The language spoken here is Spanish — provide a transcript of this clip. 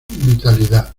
vitalidad